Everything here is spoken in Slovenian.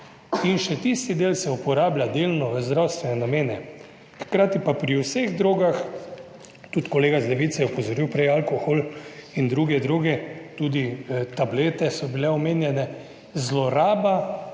in še tisti del se uporablja delno v zdravstvene namene. Hkrati pa pri vseh drogah, udi kolega iz Levice je opozoril prej alkohol in druge droge, tudi tablete so bile omenjene, zloraba